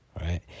right